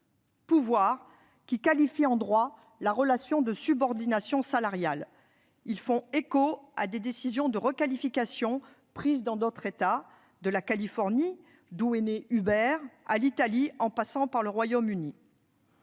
pouvoir » qui qualifie en droit la relation de subordination salariale. Ils font écho à des décisions de requalification prises dans d'autres États, de la Californie, où est né Uber, à l'Italie, en passant par le Royaume-Uni.